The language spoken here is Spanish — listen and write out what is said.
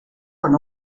con